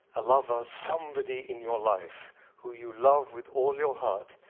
a lover somebody in your life who you love with all your heart,